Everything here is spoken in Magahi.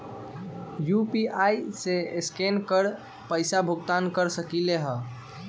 यू.पी.आई से स्केन कर पईसा भुगतान कर सकलीहल?